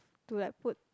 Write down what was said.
to like put